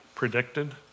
Predicted